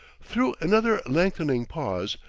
through another lengthening pause,